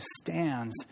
stands